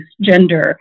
gender